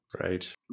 Right